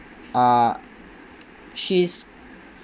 uh she is